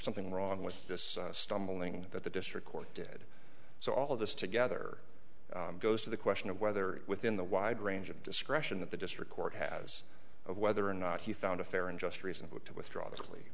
something wrong with this stumbling that the district court did so all of this together goes to the question of whether within the wide range of discretion that the district court has of whether or not he found a fair and just reasonable to withdraw